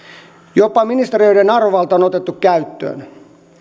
jopa ministeriöiden arvovalta on otettu käyttöön